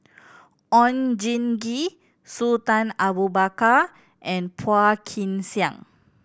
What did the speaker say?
Oon Jin Gee Sultan Abu Bakar and Phua Kin Siang